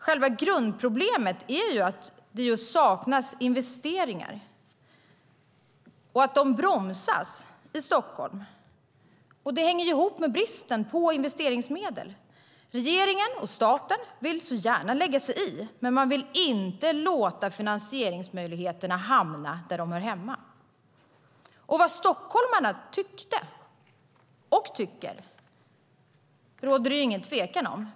Själva grundproblemet är att det saknas investeringar och att de bromsas i Stockholm. Det hänger ihop med bristen på investeringsmedel. Regeringen och staten vill gärna lägga sig i, men man vill inte låta finansieringsmöjligheterna hamna där de hör hemma. Vad stockholmarna tyckte och tycker råder det ingen tvekan om.